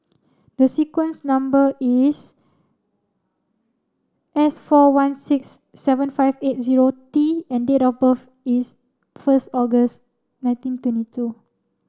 the sequence number is S four one six seven five eight zero T and date of birth is first August nineteen twenty two